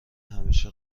همیشه